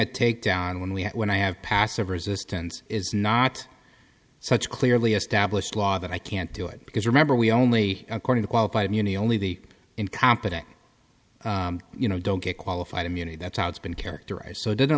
a takedown when we when i have passive resistance is not such clearly established law that i can't do it because remember we only according to qualified immunity only the incompetent you know don't get qualified immunity that's how it's been characterized so